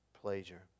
pleasure